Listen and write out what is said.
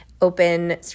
open